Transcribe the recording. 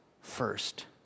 first